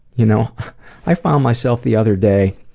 you know i found myself the other day,